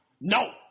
No